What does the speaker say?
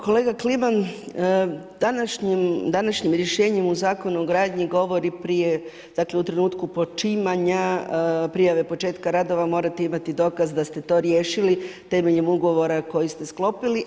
Kolega Kliman, današnjim rješenjem u Zakonu o gradnji govori prije, dakle, u trenutku počimanja prijave početka radova morati imati dokaz da ste to riješili temeljem ugovora koji ste sklopili.